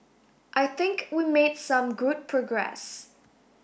I think we made some good progress